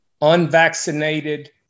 unvaccinated